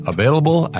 Available